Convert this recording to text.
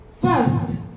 first